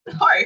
No